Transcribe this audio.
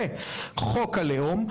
וחוק הלאום.